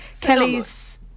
kelly's